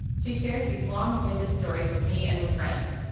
she shares these long winded stories with me and with friends.